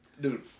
Dude